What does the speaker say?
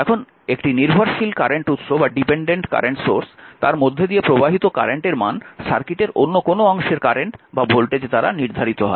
এখন একটি নির্ভরশীল কারেন্ট উৎসের মধ্য দিয়ে প্রবাহিত কারেন্টের মান সার্কিটের অন্য কোনও অংশের কারেন্ট বা ভোল্টেজ দ্বারা নির্ধারিত হয়